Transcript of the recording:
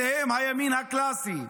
הם הימין הקלאסי,